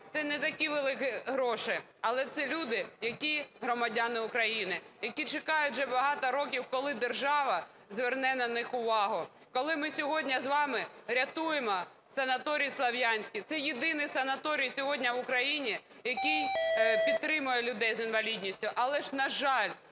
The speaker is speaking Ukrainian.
це не такі великі гроші, але це люди, які громадяни України, які чекають вже багато років, коли держава зверне на них увагу, коли ми сьогодні з вами врятуємо санаторій "Слов'янський". Це єдиний санаторій сьогодні в Україні, який підтримує людей з інвалідністю, але ж, на жаль,